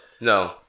No